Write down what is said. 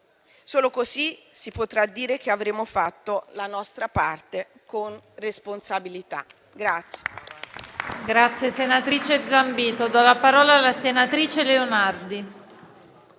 Solo così si potrà dire che avremo fatto la nostra parte con responsabilità.